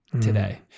today